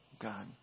God